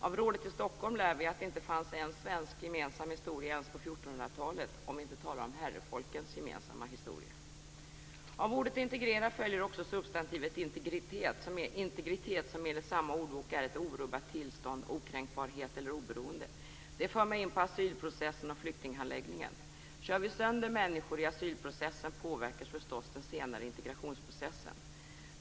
Av rådet i Stockholm lär vi att det inte fanns en svensk gemensam historia ens på 1400-talet, om vi inte talar om herrefolkens gemensamma historia. Av ordet integrera följer också substantivet integritet som enligt samma ordbok är ett orubbat tillstånd, okränkbarhet eller oberoende. Det för mig in på asylprocessen och flyktinghandläggningen. Kör vi sönder människor i asylprocessen påverkas förstås den senare integrationsprocessen.